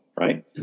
right